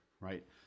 right